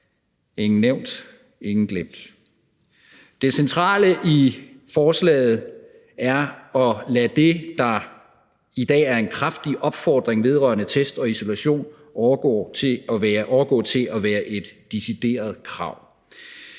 ingen nævnt, ingen glemt. Det centrale i forslaget er at lade det, der i dag er en kraftig opfordring til test og isolation, overgå til at være et decideret krav.